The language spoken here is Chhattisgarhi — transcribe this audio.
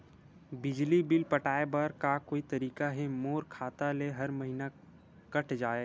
बिजली बिल पटाय बर का कोई तरीका हे मोर खाता ले हर महीना कट जाय?